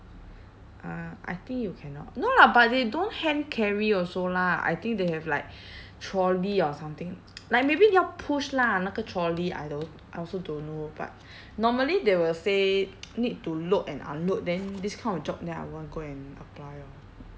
uh I think you cannot no lah but they don't hand-carry also lah I think they have like trolley or something like maybe 要 push lah 那个 trolley I don't I also don't know but normally they will say need to load and unload then this kind of job then I won't go and apply orh